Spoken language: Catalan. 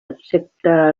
excepte